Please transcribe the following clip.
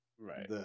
Right